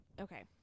Okay